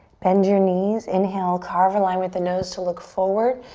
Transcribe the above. bend your knees. inhale carve a line with the nose to look forward.